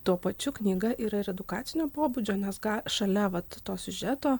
tuo pačiu knyga yra ir edukacinio pobūdžio nes ga šalia vat to siužeto